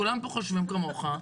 כולם פה חושבים כמוך.